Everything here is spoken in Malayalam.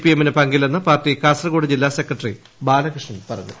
ഐഎം ന് പങ്കില്ലെന്ന് പാർട്ടി കാസർകോഡ് ജില്ലാ സെക്രട്ടറി ബാലകൃഷ്ണൻ പറഞ്ഞു